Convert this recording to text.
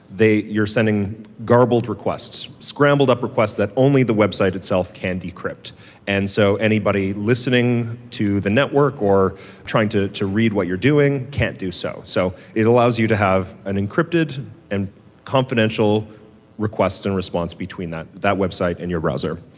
you're sending garbled requests, scrambled up requests that only the website itself can decrypt and. so anybody listening to the network or trying to to read what you're doing can't do so. so it allows you to have an encrypted and confidential request and response between that that website and your browser.